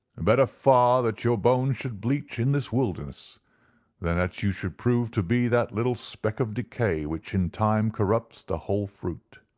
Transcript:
and but far that your bones should bleach in this wilderness than that you should prove to be that little speck of decay which in time corrupts the whole fruit.